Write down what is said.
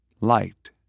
light